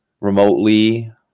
remotely